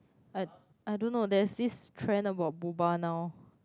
I I don't know there's this trend about Boba now